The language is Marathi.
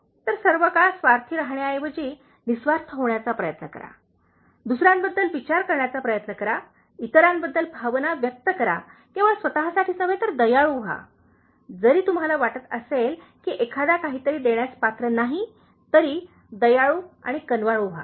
तर सर्वकाळ स्वार्थी राहण्याऐवजी निःस्वार्थ होण्याचा प्रयत्न करा ठीक आहे दुसर्यांबद्दल विचार करण्याचा प्रयत्न करा इतरांबद्दल भावना व्यक्त करा केवळ स्वतःसाठीच नव्हे तर दयाळू व्हा जरी तुम्हाला वाटत असेल की एखादा काहीतरी देण्यास पात्र नाही तरी दयाळू आणि कनवाळू व्हा